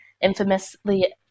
infamously